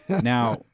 Now